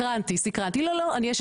סקרנתי, סקרנתי, לא לא אני אשת מקצוע.